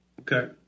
Okay